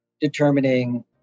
determining